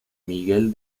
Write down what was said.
miguel